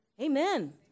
Amen